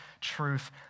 truth